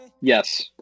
Yes